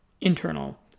internal